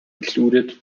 included